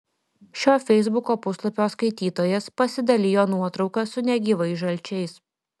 šio feisbuko puslapio skaitytojas pasidalijo nuotrauka su negyvais žalčiais